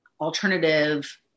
alternative